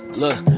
look